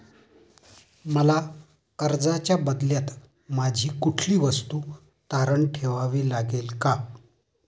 मला कर्जाच्या बदल्यात माझी कुठली वस्तू तारण ठेवावी लागेल का?